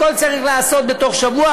הכול צריך להיעשות בתוך שבוע.